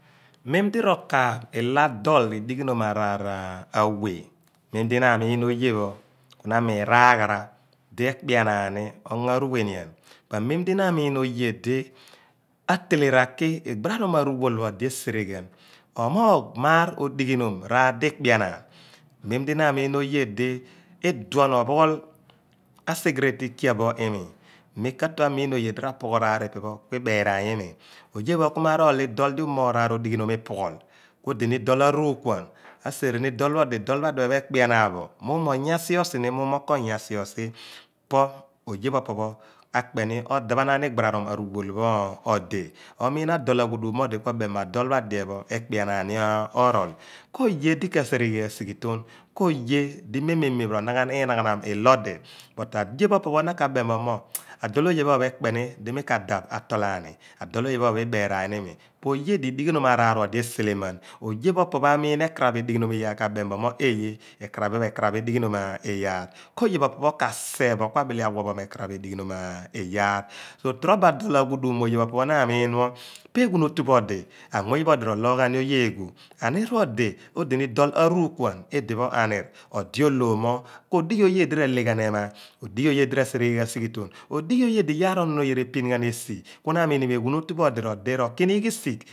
Memdi ro kaap ilo adool redi ghinoom araar a/we memdi na amiin oye pho na amiin raagh aara di ekpeenaan ni onge a iuwehnian oye di ateleraki igbaranoom aruwool pho odi esere ghain ni omoogh raar odighinom raar di ikpienaan meem di na amiin oye di idion opuughool a sigharaat ikia boo ni imi mi katue amiin oye di rapughoot raar pho ipe pho kuubeeraan imi oye pho kuma arool dool umoogh iyaar odighnoom ipuughool kuodi ni dool aruukuan aseere ni loor pho odi dool pho adiphe pho ekpeanaan bo muughu onya siosi no muughu mo konyah siosi pho oye pho opo pho akpeni odaphanni ani igbaranum aruwool pho odi omiin adool aghuduum mo odi omem mo adool pho adien pho ekpianaani orool koye di kasereghi ghaan dighi toon kooye di mee mee meem ro naghan linaghan iloodi nut oye di na ka beem madool oye pho phon pho ekpeni orool mi ka daap atool aani po aye di pooye di na ka beem mo a dool oye pho opho pho ibeeraan imi oye di idighi nom araar odi eseleman oye pho opo pho amiin ekaraph idighi noom araar abeem ghan bo mo eiye ekaraph ekaraap edighi noom iyaar koye pho opo pho kaseph bo kua wooghi uum ekara edighi noom iyaar pho so tro bo adool aghuduum oye pho opo pho naa miin mo pa eghuun otu pho odi na miin moor amuuny pho odi rolooghaan oye eeghuan aniir pho odi odu ni dool a ruukuan idipho aniir odi oloom mo odighi oye di raleeghan ema odighi oyedi rasereghighan sighitoon kooye di iyaar onoon oye re pinghan esi kuna amiin ni mo eghuun otu di ro di ro kini risigh